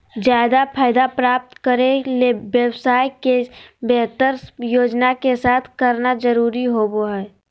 ज्यादा फायदा प्राप्त करे ले व्यवसाय के बेहतर योजना के साथ करना जरुरी होबो हइ